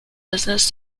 business